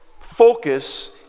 focus